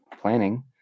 planning